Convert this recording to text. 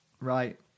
right